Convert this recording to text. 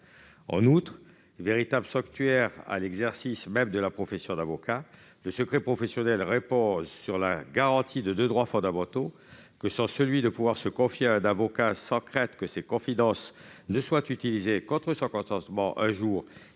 En outre, véritable sanctuaire pour l'exercice même de la profession d'avocat, le secret professionnel repose sur la garantie de deux droits fondamentaux : le droit de se confier à un avocat sans crainte que ces confidences soient un jour utilisées contre son consentement et servent